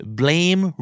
blame